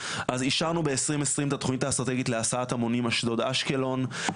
אז אישרנו ב-2020 את התכנית האסטרטגית להסעת המונים אשדוד אשקלון,